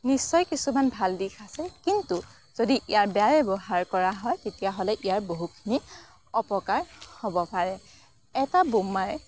নিশ্চয় কিছুমান ভাল দিশ আছে কিন্তু যদি ইয়াৰ বেয়া ব্যৱহাৰ কৰা হয় তেতিয়াহ'লে ইয়াৰ বহুখিনি অপকাৰ হ'ব পাৰে এটা বোমাই